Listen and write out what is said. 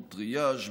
טריאז',